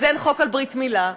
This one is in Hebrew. אז אין חוק על ברית מילה,